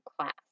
class